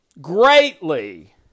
greatly